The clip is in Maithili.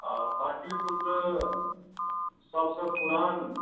पाटलिपुत्र सभसँ पुरान